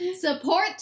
support